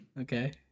Okay